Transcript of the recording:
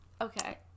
Okay